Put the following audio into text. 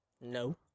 No